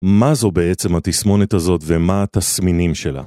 מה זו בעצם התסמונת הזאת ומה התסמינים שלה?